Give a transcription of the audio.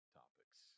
topics